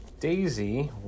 Daisy